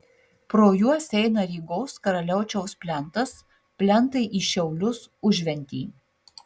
pro juos eina rygos karaliaučiaus plentas plentai į šiaulius užventį